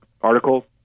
article